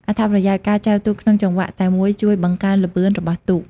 អត្ថប្រយោជន៍ ការចែវទូកក្នុងចង្វាក់តែមួយជួយ បង្កើនល្បឿន របស់ទូក។